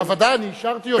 בוודאי, אני אישרתי אותה.